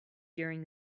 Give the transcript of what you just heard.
during